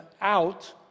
out